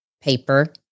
paper